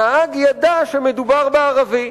הנהג ידע שמדובר בערבי.